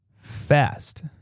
fast